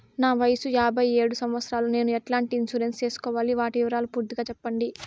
నా వయస్సు యాభై ఏడు సంవత్సరాలు నేను ఎట్లాంటి ఇన్సూరెన్సు సేసుకోవాలి? వాటి వివరాలు పూర్తి గా సెప్పండి?